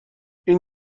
این